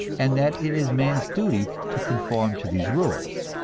and that it is man's duty to conform to these rules.